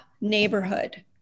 neighborhood